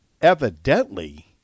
evidently